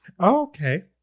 Okay